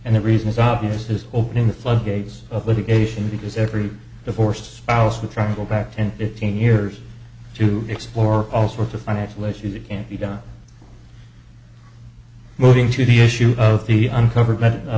and the reason is obvious is opening the floodgates of litigation because every divorced spouse will try to go back ten fifteen years to explore all sorts of financial issues that can be done moving to the issue both the uncovered